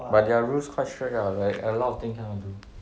but their rules quite strict ah like a lot of things cannot do